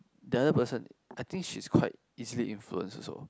the other person I think she's quite easily influence also